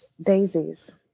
daisies